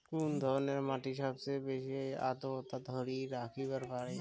কুন ধরনের মাটি সবচেয়ে বেশি আর্দ্রতা ধরি রাখিবার পারে?